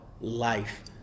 life